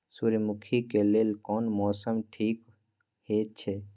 सूर्यमुखी के लेल कोन मौसम ठीक हे छे?